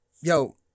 yo